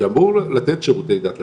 שאמור לתת שיעורי דת לשוטרים,